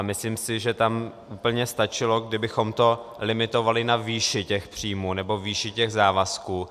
Myslím si, že tam úplně stačilo, kdybychom to limitovali na výši těch příjmů nebo výši závazků.